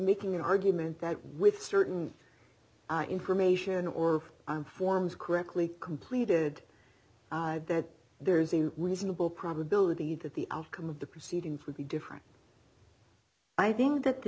making an argument that with certain information or forms correctly completed that there's a reasonable probability that the outcome of the proceedings would be different i think that the